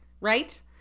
right